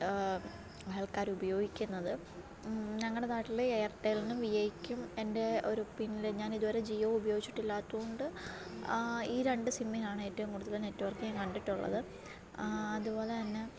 ആൾക്കാർ ഉപയോഗിക്കുന്നത് ഞങ്ങളുടെ നാട്ടിൽ ഏയർട്ടലിനും വിഐക്കും എൻ്റെ ഒരു ഒപ്പീനിയനിൽ ഞാൻ ഇതുവരെ ജിയോ ഉപയോഗിച്ചിട്ടില്ലാത്തത് കൊണ്ട് ആ ഈ രണ്ട് സിമ്മിനാണ് ഏറ്റവും കൂടുതൽ നെറ്റ്വർക്ക് ഞാൻ കണ്ടിട്ടുള്ളത് അതുപോലെ തന്നെ